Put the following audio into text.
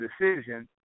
decision